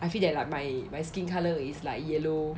I feel that like my my skin colour is like yellow